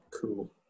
cool